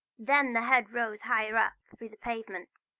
then the head rose higher up through the pavement,